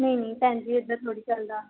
ਨਹੀਂ ਨਹੀਂ ਭੈਣ ਜੀ ਇੱਦਾਂ ਥੋੜ੍ਹੀ ਚੱਲਦਾ